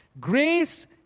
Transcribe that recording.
Grace